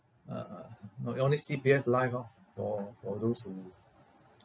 ah ah not your only C_P_F life orh for for those who